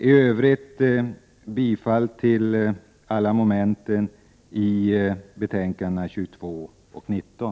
I övrigt yrkar jag bifall till alla moment i betänkandena 22 och 19.